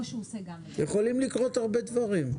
יכולים לקרות הרבה דברים.